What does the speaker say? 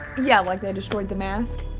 yeah, like they destroyed the mask?